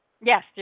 Yes